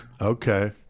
Okay